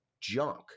junk